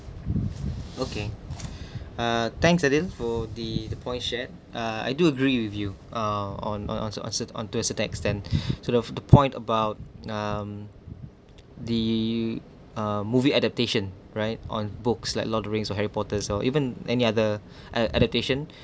okay uh thanks adil for the the point share uh I do agree with you uh on on on on cer~ onto a certain extent so of the point about um the uh movie adaptation right on books like lord of the rings harry potter or even any other uh adaptation